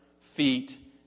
feet